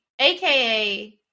aka